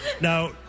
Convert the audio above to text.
Now